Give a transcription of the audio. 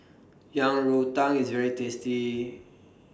Yang Rou Tang IS very tasty